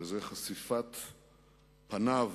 והוא חשיפת פניו